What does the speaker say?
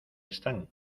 están